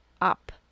up